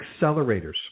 accelerators